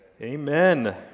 Amen